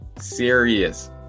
serious